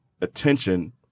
attention